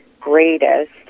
greatest